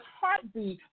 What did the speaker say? heartbeat